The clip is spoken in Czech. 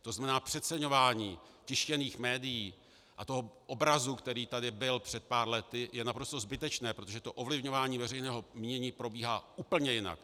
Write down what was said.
To znamená, přeceňování tištěných médií a toho obrazu, který tady byl před pár lety, je naprosto zbytečné, protože to ovlivňování veřejného mínění probíhá úplně jinak.